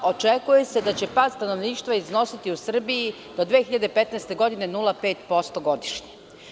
Očekuje se da će pad stanovništva iznosi u Srbiji do 2015. godine 0,5% godišnje.